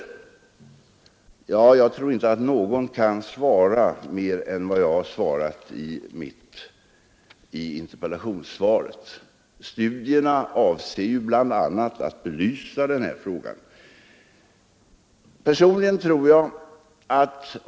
Jag tror inte någon kan ge svar mer än vad jag har sagt i interpellationssvaret. Studierna avser ju bl.a. att belysa denna fråga.